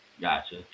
Gotcha